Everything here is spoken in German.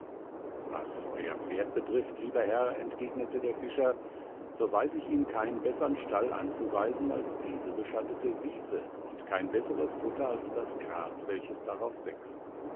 was euer pferd betrifft lieber herr entgegnete der fischer so weiß ich ihm keinen bessern stall anzuweisen als diese beschattete wiese und kein besseres futter als das gras welches darauf wächst